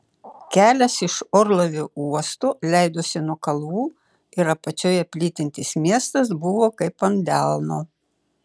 kelias iš orlaivių uosto leidosi nuo kalvų ir apačioje plytintis miestas buvo kaip ant delno